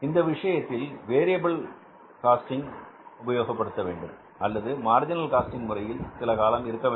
இந்த விஷயத்தில் variable costing உபயோகப்படுத்த வேண்டும் அல்லது மார்ஜினல் காஸ்டிங் முறையில் சிலகாலம் இருக்க வேண்டும்